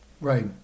Right